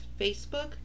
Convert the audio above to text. Facebook